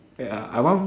wait ah I want